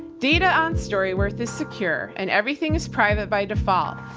data on storyworth is secure and everything is private by default,